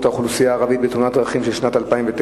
האוכלוסייה הערבית בתאונות דרכים בשנת 2009,